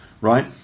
right